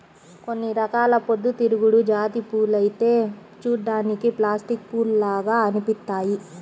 కొన్ని రకాల పొద్దుతిరుగుడు జాతి పూలైతే చూడ్డానికి ప్లాస్టిక్ పూల్లాగా అనిపిత్తయ్యి